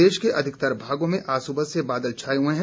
प्रदेश के अधिकतर भागों में आज सुबह से बादल छाए हुए हैं